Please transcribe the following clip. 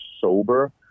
sober